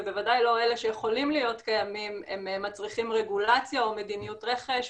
ובוודאי לא אלה שיכולים להיות קיימים מצריכים רגולציה או מדיניות רכש,